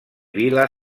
vila